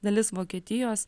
dalis vokietijos